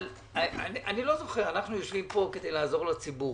אנחנו יושבים פה כדי לעזור לציבור,